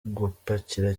gupakira